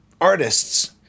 artists